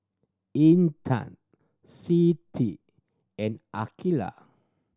Intan Siti and Aqilah